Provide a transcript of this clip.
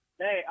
hey